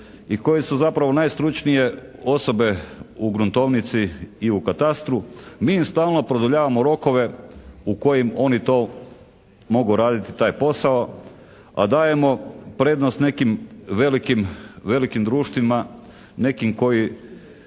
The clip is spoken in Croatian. i koji su zapravo najstručnije osobe u gruntovnici i u katastru. Mi im stalno produljavamo rokove u kojim oni to mogu raditi taj posao, a dajemo prednost nekim velikim društvima, nekim koji